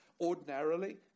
ordinarily